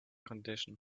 condition